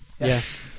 Yes